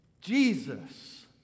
Jesus